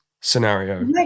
scenario